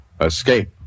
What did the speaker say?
escape